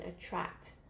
attract